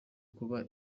kuba